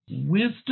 Wisdom